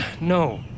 no